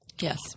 Yes